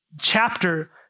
chapter